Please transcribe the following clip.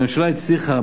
הממשלה הצליחה,